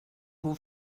who